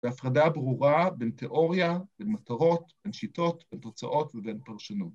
והפרדה ברורה בין תיאוריה, בין מטרות, בין שיטות, בין תוצאות ובין פרשנות.